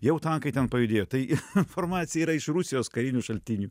jau tankai ten pajudėjo tai informacija yra iš rusijos karinių šaltinių